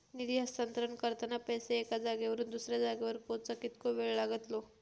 निधी हस्तांतरण करताना पैसे एक्या जाग्यावरून दुसऱ्या जाग्यार पोचाक कितको वेळ लागतलो?